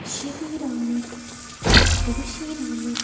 Shabir Ahmad Bashir Ahmad